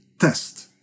test